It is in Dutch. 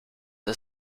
die